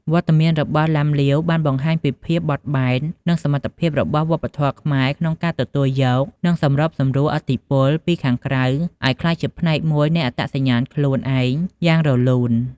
វត្តមានរបស់ឡាំលាវបានបង្ហាញពីភាពបត់បែន និងសមត្ថភាពរបស់វប្បធម៌ខ្មែរក្នុងការទទួលយក និងសម្របសម្រួលឥទ្ធិពលពីខាងក្រៅឲ្យក្លាយជាផ្នែកមួយនៃអត្តសញ្ញាណខ្លួនឯងយ៉ាងរលូន។